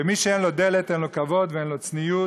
ומי שאין לו דלת, אין לו כבוד ואין לו צניעות.